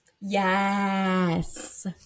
Yes